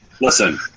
Listen